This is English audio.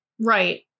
right